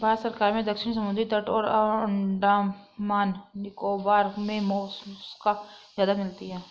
भारत में दक्षिणी समुद्री तट और अंडमान निकोबार मे मोलस्का ज्यादा मिलती है